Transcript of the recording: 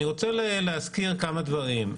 אני רוצה להזכיר כמה דברים.